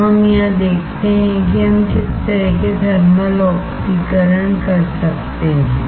तो हम यहां देखते हैं कि हम किस तरह के थर्मल ऑक्सीकरण कर सकते हैं